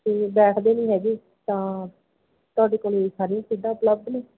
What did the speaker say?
ਅਤੇ ਬੈਠਦੇ ਨਹੀਂ ਹੈਗੇ ਤਾਂ ਤੁਹਾਡੇ ਕੋਲ ਸਾਰੀਆਂ ਖੇਡਾਂ ਉਪਲਬਧ ਨੇ